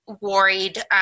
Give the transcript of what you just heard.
worried